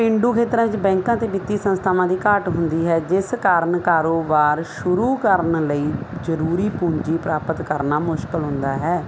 ਪੇਂਡੂ ਖੇਤਰਾਂ 'ਚ ਬੈਂਕਾਂ ਤੇ ਵਿੱਤੀ ਸੰਸਥਾਵਾਂ ਦੀ ਘਾਟ ਹੁੰਦੀ ਹੈ ਜਿਸ ਕਾਰਨ ਕਾਰੋਬਾਰ ਸ਼ੁਰੂ ਕਰਨ ਲਈ ਜ਼ਰੂਰੀ ਪੂੰਜੀ ਪ੍ਰਾਪਤ ਕਰਨਾ ਮੁਸ਼ਕਲ ਹੁੰਦਾ ਹੈ